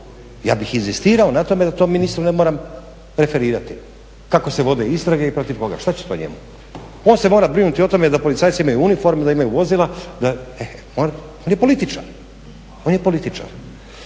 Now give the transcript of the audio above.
ja bih inzistirao na tome da to ministru ne moram referirati kako se vode istrage i protiv koga. Šta će to njemu? On se mora brinuti o tome da policajci imaju uniformu, da imaju vozila, on je političar. I još samo